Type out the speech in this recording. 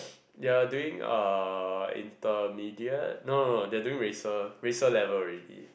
they are doing uh intermediate no no no they are doing racer racer level already